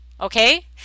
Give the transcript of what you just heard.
okay